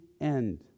end